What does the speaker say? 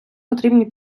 потрібні